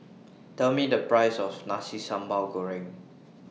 Tell Me The Price of Nasi Sambal Goreng